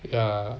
ya